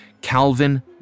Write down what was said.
Calvin